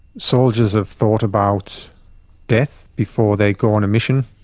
soldiers have thought about death before they go on a mission.